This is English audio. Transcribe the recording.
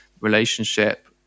relationship